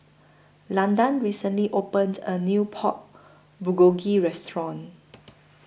Landan recently opened A New Pork Bulgogi Restaurant